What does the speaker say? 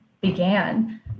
began